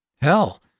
Hell